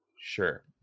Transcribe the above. sure